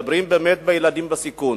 מדברים באמת על ילדים בסיכון,